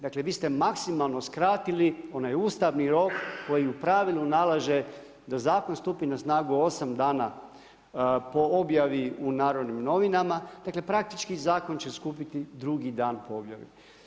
Dakle vi ste maksimalno skratili onaj ustavni rok koji u pravilu nalaže da zakon stupi na snagu osam dana po objavi u Narodnim novinama, dakle praktički zakon će stupiti drugi dan po objavi.